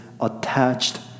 attached